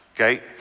Okay